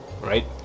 right